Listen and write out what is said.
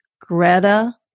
Greta